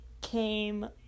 came